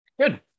Good